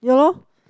yeah lor